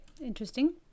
interesting